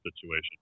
situation